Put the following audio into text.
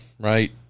right